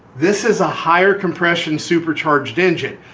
this is a higher compression supercharged engine.